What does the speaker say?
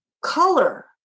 Color